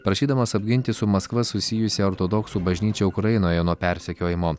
prašydamas apginti su maskva susijusią ortodoksų bažnyčią ukrainoje nuo persekiojimo